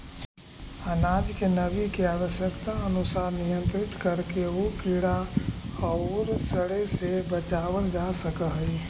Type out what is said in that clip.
अनाज के नमी के आवश्यकतानुसार नियन्त्रित करके उ कीड़ा औउर सड़े से बचावल जा सकऽ हई